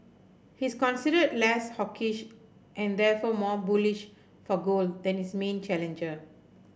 he is considered less hawkish and therefore more bullish for gold than his main challenger